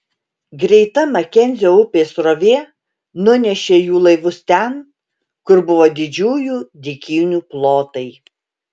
greita makenzio upės srovė nunešė jų laivus ten kur buvo didžiųjų dykynių plotai